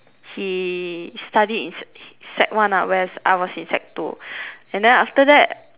he studied in sec sec one lah whereas I was in sec two and then after that